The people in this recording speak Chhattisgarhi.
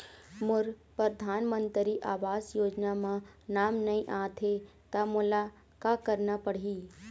मोर परधानमंतरी आवास योजना म नाम नई आत हे त मोला का करना पड़ही?